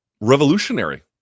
revolutionary